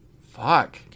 Fuck